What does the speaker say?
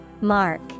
Mark